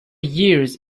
years